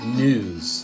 news